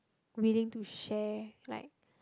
willing to share like